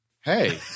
Hey